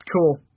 Cool